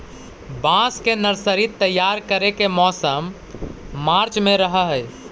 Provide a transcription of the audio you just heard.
बांस के नर्सरी तैयार करे के मौसम मार्च में रहऽ हई